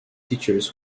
teachers